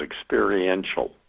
experiential